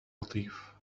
لطيف